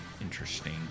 Interesting